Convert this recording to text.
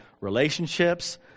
relationships